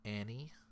Annie